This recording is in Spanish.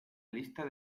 lista